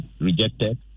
rejected